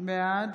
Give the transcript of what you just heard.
בעד